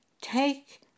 Take